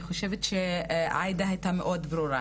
אני חושבת שעאידה הייתה מאוד ברורה,